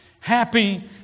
Happy